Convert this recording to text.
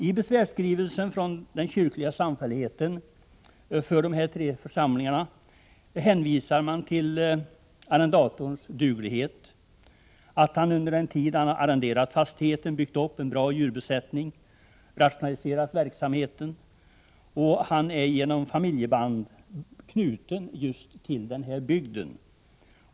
I besvärsskrivelsen från den kyrkliga samfälligheten för dessa tre församlingar hänvisar man till att arrendatorn är duglig och att han under den tid han har arrenderat fastigheten har byggt upp en bra djurbesättning och rationali serat verksamheten. Han är genom familjeband knuten till just denna bygd.